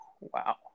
Wow